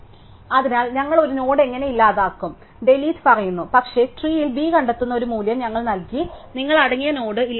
അതിനാൽ ഞങ്ങൾ ഒരു നോഡ് എങ്ങനെ ഇല്ലാതാക്കും അതിനാൽ ഡിലീറ്റ് പറയുന്നു പക്ഷേ ട്രീയിൽ v കണ്ടെത്തുന്ന ഒരു മൂല്യം ഞങ്ങൾ നൽകി നിങ്ങൾ അടങ്ങിയ നോഡ് ഇല്ലാതാക്കണം